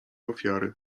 ofiary